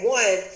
one